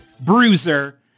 Bruiser